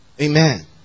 Amen